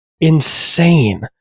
insane